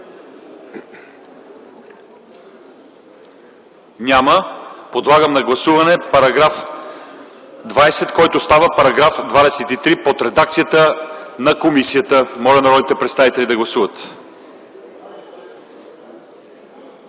Няма. Подлагам на гласуване § 20, който става § 23, под редакцията на комисията. Моля народните представители да гласуват.